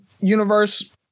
universe